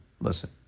Listen